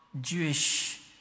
Jewish